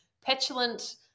petulant